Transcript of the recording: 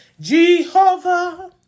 jehovah